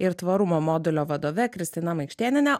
ir tvarumo modulio vadove kristina maikštėniene